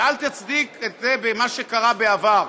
ואל תצדיק את זה במה שקרה בעבר.